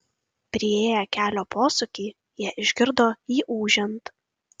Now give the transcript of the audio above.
priėję kelio posūkį jie išgirdo jį ūžiant